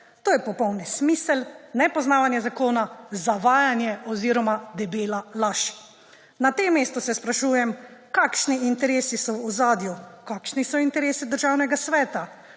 To je popoln nesmisel, nepoznavanje zakona, zavajanje oziroma debela laž. Na tem mestu se sprašujem, kakšni interesi so v ozadju, kakšni so interesi Državnega sveta.